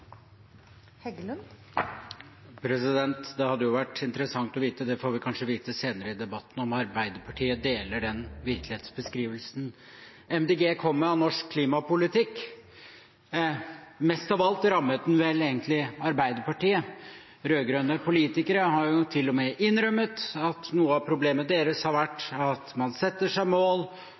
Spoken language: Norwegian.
replikkordskifte. Det hadde vært interessant å vite – men det får vi kanskje vite senere i debatten – om Arbeiderpartiet deler den virkelighetsbeskrivelsen Miljøpartiet De Grønne kom med av norsk klimapolitikk. Mest av alt rammet den vel egentlig Arbeiderpartiet. Rød-grønne politikere har jo til og med innrømmet at noe av problemet deres har vært at man setter seg mål